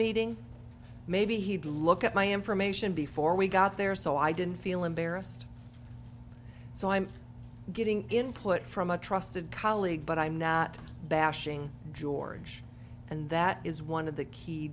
meeting maybe he'd look at my information before we got there so i didn't feel embarrassed so i'm getting input from a trusted colleague but i'm not bashing george and that is one of the key